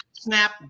snap